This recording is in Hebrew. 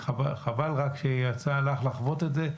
חבל רק שיצא לך לחוות את זה,